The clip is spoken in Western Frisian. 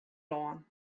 lân